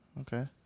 Okay